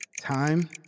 Time